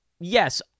yes